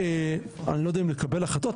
אני לא יודע אם לקבל החלטות,